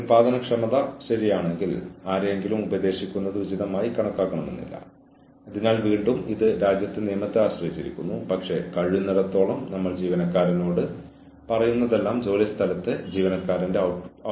കൂടാതെ പ്രതീക്ഷിച്ചതൊന്നും ചെയ്യാത്തതിന് അല്ലെങ്കിൽ പ്രതീക്ഷിച്ചത് ചെയ്യാൻ ശ്രമിയ്ക്കുക പോലും ചെയ്തില്ല എന്നതിന് ജീവനക്കാരൻ കുറ്റക്കാരനാണെന്ന് കണ്ടെത്തിയാൽ ഒടുവിൽ ജീവനക്കാരൻ അവളുടെ അല്ലെങ്കിൽ അവന്റെ ചുമതലകളിൽ നിന്ന് ഡിസ്ചാർജ് ചെയ്യപ്പെടും